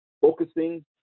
focusing